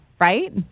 right